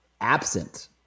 absent